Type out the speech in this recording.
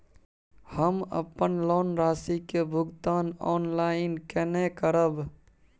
हम अपन लोन राशि के भुगतान ऑनलाइन केने करब?